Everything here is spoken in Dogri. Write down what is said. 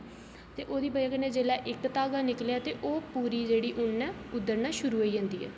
ते ओह्दी बजह कन्नै जेल्लै इक धागा निकलेआ ते ओह् पूरी जेह्ड़ी ऊन ऐ उद्धड़ना शुरू होई जंदी ऐ